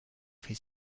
his